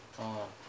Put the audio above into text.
orh